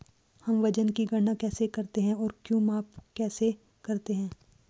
हम वजन की गणना कैसे करते हैं और कुछ माप कैसे करते हैं?